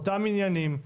אותם עניינים,